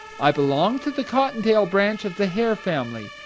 i belong to the cottontail branch of the hare family,